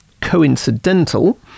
coincidental